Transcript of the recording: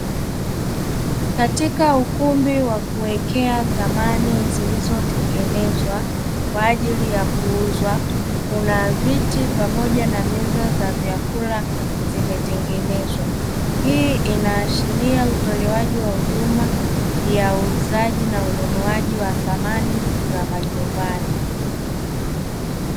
Katika ukumbi wa kuwekea samani zilizotengenezwa kwa ajili ya kuuzwa, kuna viti pamoja na meza za vyakula zimetengenezwa. Hii inaashiria utolewaji wa huduma ya uuzaji na ununuaji wa samani za majumbani.